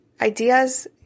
ideas